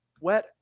wet